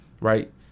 Right